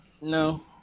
No